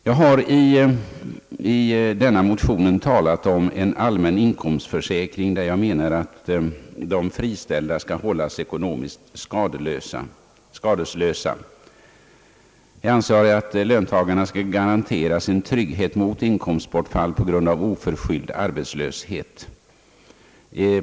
Jag har i motionen talat om en allmän inkomstförsäkring och menat att de friställda skall hållas ekonomiskt skadeslösa. Jag anser att löntagarna skall garanteras en trygghet mot inkomstbortfall på grund av oförskylld arbetslöshet.